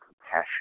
compassion